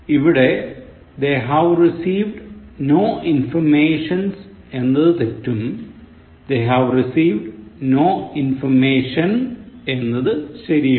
ഇവിടെ They have received no informations എന്നത് തെറ്റും They have received no information എന്നത് ശരിയുമാണ്